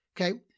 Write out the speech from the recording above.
Okay